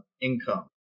income